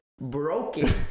broken